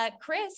Chris